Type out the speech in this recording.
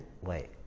wait